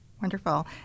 Wonderful